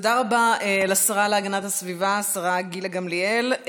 תודה רבה לשרה להגנת הסביבה, השרה גילה גמליאל.